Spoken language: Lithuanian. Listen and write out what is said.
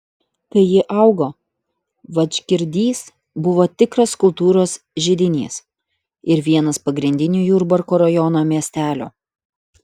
kai ji augo vadžgirys buvo tikras kultūros židinys ir vienas pagrindinių jurbarko rajono miestelių